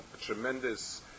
tremendous